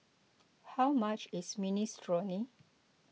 how much is Minestrone